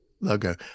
logo